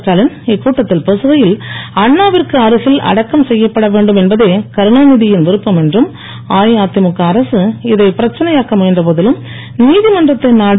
ஸ்டாவின் இக்கட்டத்தில் பேசுகையில் அண்ணா விற்கு அருகில் அடக்கம் செய்யப்பட வேண்டும் என்பதே கருணாநித யின் விருப்பம் என்றும் அஇஅதிமுக அரசு இதை பிரச்சனையாக்க முயன்ற போதிலும் நீதிமன்றத்தை நாடி